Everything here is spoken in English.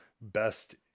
best